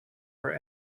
her